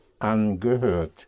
angehört